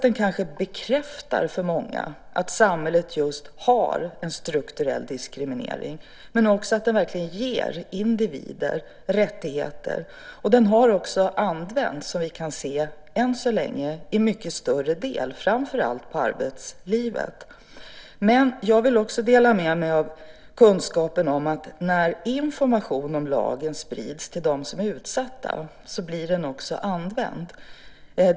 Dels bekräftar den för många att samhället har just en strukturell diskriminering, dels ger den individer verkliga rättigheter. Som vi kan se har den än så länge framför allt använts på arbetslivet. Jag vill även dela med mig av kunskapen att när information om lagen sprids till dem som är utsatta blir den också använd.